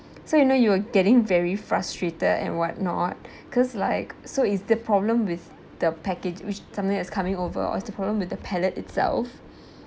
so you know you're getting very frustrated and what not because like so is the problem with the package which something that can be over or it's the problem with the palate itself